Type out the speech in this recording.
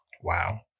Wow